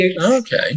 Okay